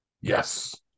Yes